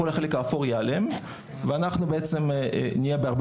כל החלק האפור ייעלם ואנחנו נהיה בהרבה